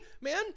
man